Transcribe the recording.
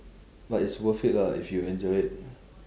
but it's worth it lah if you enjoy it